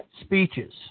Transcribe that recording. speeches